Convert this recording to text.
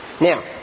Now